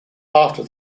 after